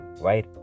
Right